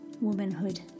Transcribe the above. womanhood